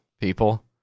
people